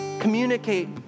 Communicate